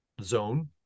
zone